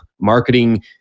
marketing